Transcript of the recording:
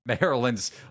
Maryland's